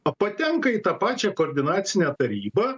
a patenka į tą pačią koordinacinę tarybą